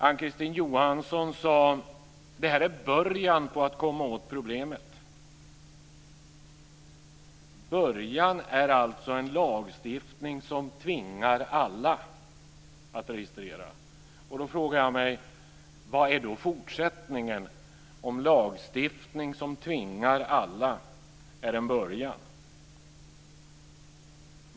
Ann-Kristine Johansson sade att detta är början på att komma åt problemet. Början är alltså en lagstiftning som tvingar alla att registrera. Jag frågar mig vad fortsättningen är om lagstiftning som tvingar alla är en början.